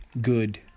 good